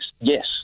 Yes